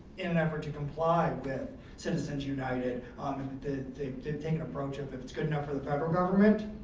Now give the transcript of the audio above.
in an effort to comply with citizens united on the the thinking approach of, if it's good enough for the federal government,